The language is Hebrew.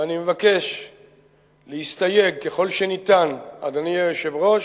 ואני מבקש להסתייג, ככל שניתן, אדוני היושב-ראש,